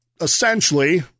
essentially